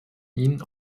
ihnen